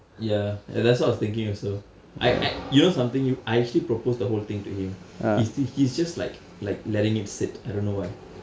ya and that's what I was thinking also I act~ you know something I actually proposed the whole thing to him he's still he's just like like letting it sit I don't know why